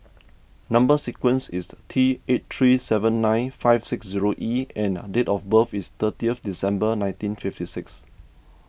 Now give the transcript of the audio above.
Number Sequence is T eight three seven nine five six zero E and date of birth is thirtieth December nineteen fifty six